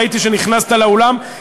ראיתי שנכנסת לאולם,